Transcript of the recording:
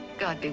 god